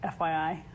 FYI